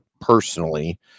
personally